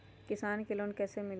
किसान के लोन कैसे मिली?